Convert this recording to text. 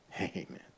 Amen